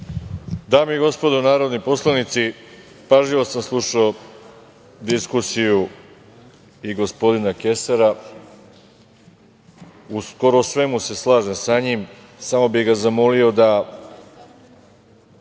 Dame i gospodo narodni poslanici, pažljivo sam slušao diskusiju i gospodina Kesara. U skoro svemu se slažem sa njim, samo bih ga zamolio da